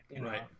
Right